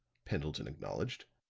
pendleton acknowledged,